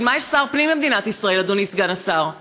בשביל מה יש שר פנים במדינת ישראל, אדוני סגן השר?